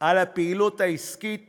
על הפעילות העסקית